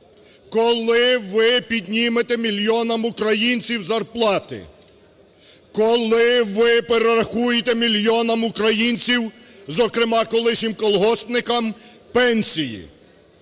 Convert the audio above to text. Коли ви піднімете мільйонам українців зарплати? Коли ви перерахуєте мільйонам українців, зокрема колишнім колгоспникам, пенсії?